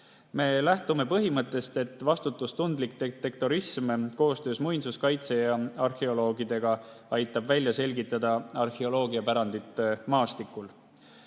Me lähtume põhimõttest, et vastutustundlik detektorism koostöös muinsuskaitse ja arheoloogidega aitab maastikul arheoloogiapärandit välja